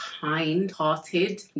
kind-hearted